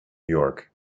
york